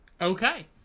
Okay